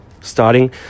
starting